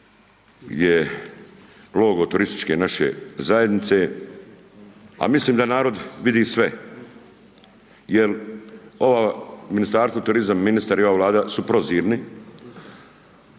gdje logo turističke naše zajednice, a mislim da narod vidi sve jer ovo Ministarstvo turizma, ministar i ova Vlada su prozirni,